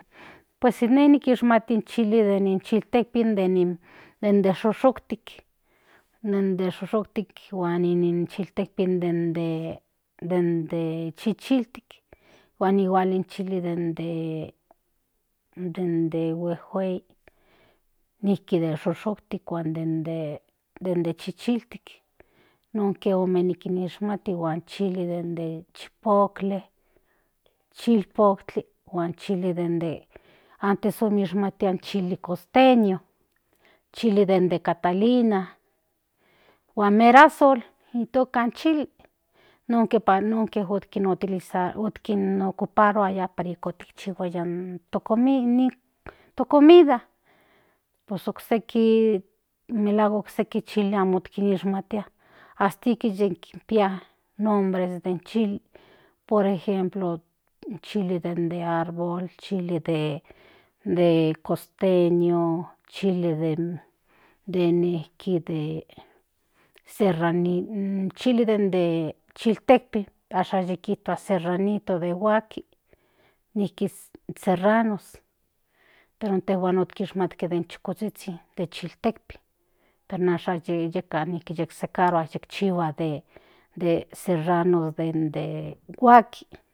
Pues ine nikishmati in chili de chiltekpin den de shushuktik huan in chiltekpin den de chichiltik huan in chili den de huejuei nijki den de shushuktik huan de chichiltik nonke ome nikinishmati huan in chili de chipotle chilpotli huan chili den de antes otishmatiaya den de costeño chili de catalina huan merazul itoka in chili nonke ocuparuaya para ikan chihhuaya to comida pues okseki melahuak okseki chili kishmatia hasta ikin kipia nombres de chiles por ejemplo chili den de árbol chili de costeño chili de nejki serranito in chii de chiltekpin ashan yi kin tua serranito de huaski nijki serranos pero intejuan okishmatiaya de chukozhizhin den chiltekpin ashan yeka yi usurua den de serrano de huaski.